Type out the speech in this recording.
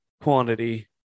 quantity